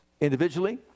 Individually